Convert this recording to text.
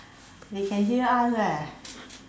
they can hear us leh